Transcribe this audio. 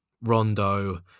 Rondo